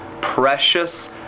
precious